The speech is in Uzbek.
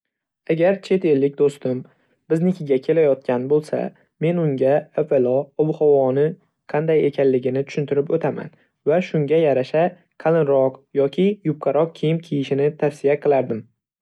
Agar chet ellik do'stim biznikiga kelayotgan bo'lsa, men unga avvalo ob-havoni qanday ekanligini tushuntirib o'taman va shunga yarasha qalinroq yoki yupqaroq kiyim kiyishini tavfsiya qilardim.